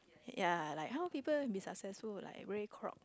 ya like how people be successful like very